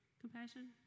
Compassion